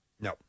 No